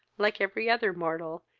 like every other mortal,